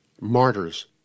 Martyrs